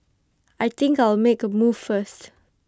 I think I'll make A move first